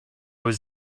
was